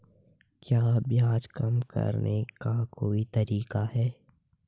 क्या ब्याज कम करने का कोई तरीका है?